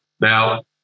Now